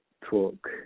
talk